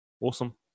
Awesome